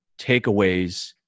takeaways